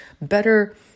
better